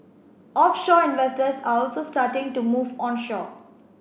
offshore investors are also starting to move onshore